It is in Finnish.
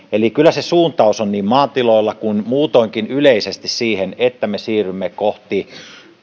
eli kyllä se suuntaus on niin maatiloilla kuin muutoinkin yleisesti siihen että me siirrymme kohti